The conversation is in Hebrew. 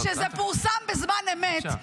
אל תפריע, בבקשה.